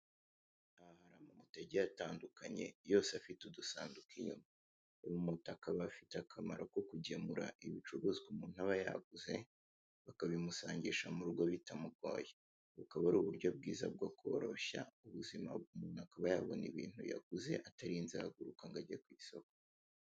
Amamoto agiye atandukanye yose afite udusanduku inyuma. Ayo ma moto akaba afite akamaro ko kugemura ibicuruzwa umuntu aba yaguze, bakabimusangisha mu rugo bitamugoye. Bukaba ari uburyo bwiza bwo koroshya ubuzima, umuntu akaba yabona ibintu yaguze atarinze ahaguruka ajya ku isoko.